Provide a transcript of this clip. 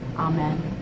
Amen